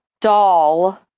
doll